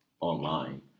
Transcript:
Online